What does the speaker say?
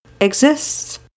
exists